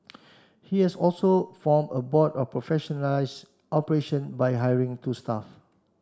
he has also form a board and professionalize operation by hiring two staff